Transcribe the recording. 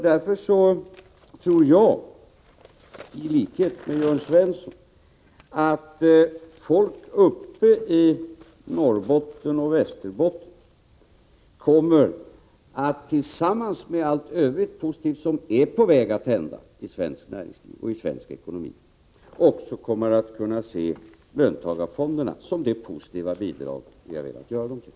Därför tror jag, i likhet med Jörn Svensson, att folk uppe i Norrbotten och i Västerbotten kommer att kunna se löntagarfonderna, tillsammans med allt övrigt positivt som är på väg att hända i svenskt näringsliv och i svensk ekonomi, som det positiva bidrag vi velat göra dem till.